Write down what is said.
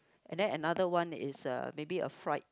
and then another one is uh maybe a fried